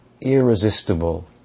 irresistible